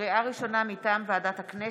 לקריאה ראשונה, מטעם ועדת הכנסת,